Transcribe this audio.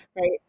right